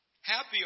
happy